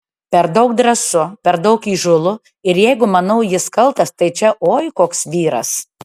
per daug drąsu per daug įžūlu ir jeigu manau jis kaltas tai čia oi koks vyras